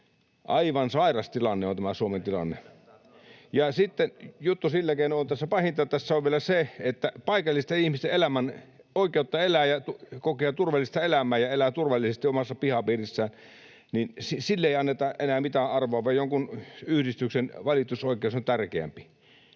Aivan sairas tilanne on tämä Suomen tilanne. Ja sitten juttu on sillä keinoin, että pahinta tässä on vielä se, että paikallisten ihmisten oikeudelle elää ja kokea turvallista elämää ja elää turvallisesti omassa pihapiirissään ei anneta enää mitään arvoa, vaan jonkun yhdistyksen valitusoikeus on tärkeämpi.